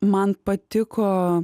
man patiko